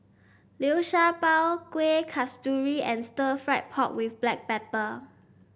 Liu Sha Bao Kuih Kasturi and Stir Fried Pork with Black Pepper